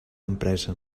empresa